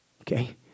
Okay